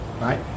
right